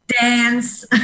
dance